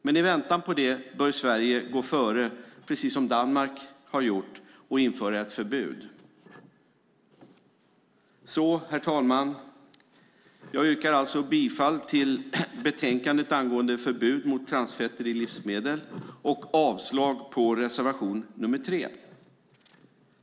Men i väntan på det bör Sverige gå före, precis som Danmark har gjort, och införa ett förbud. Herr talman! Jag yrkar bifall till förslaget i betänkandet angående förbud mot transfetter i livsmedel och avslag på reservation 3.